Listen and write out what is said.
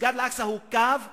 ומסגד אל-אקצא הוא קו אדום.